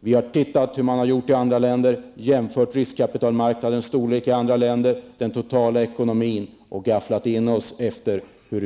Vi har sett hur man har gjort i andra länder och jämfört med riskkapitalmarknadens storlek där och den totala ekonomin, och vi har justerat in oss med hänsyn till